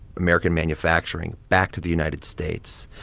american manufacturing back to the united states.